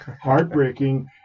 heartbreaking